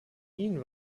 ihn